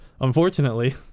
unfortunately